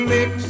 Mix